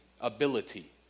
ability